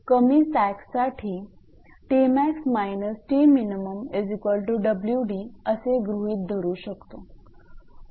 कमी सॅगसाठी 𝑇𝑚𝑎𝑥−𝑇𝑚𝑖𝑛𝑊𝑑 असे गृहीत धरू शकतो